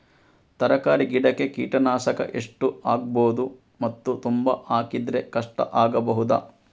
ತರಕಾರಿ ಗಿಡಕ್ಕೆ ಕೀಟನಾಶಕ ಎಷ್ಟು ಹಾಕ್ಬೋದು ಮತ್ತು ತುಂಬಾ ಹಾಕಿದ್ರೆ ಕಷ್ಟ ಆಗಬಹುದ?